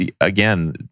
again